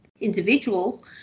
individuals